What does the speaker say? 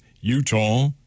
Utah